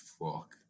fuck